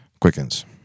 quickens